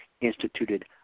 instituted